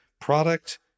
product